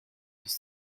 dix